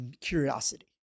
curiosity